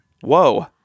Whoa